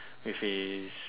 with his